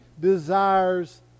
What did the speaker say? desires